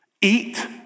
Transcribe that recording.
eat